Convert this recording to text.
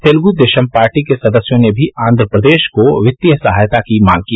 तेलुगु देशम पार्टी के सदस्यों ने भी आंध्र प्रदेश को वित्तीय सहायता की मांग की